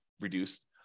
reduced